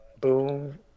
boom